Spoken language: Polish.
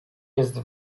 jest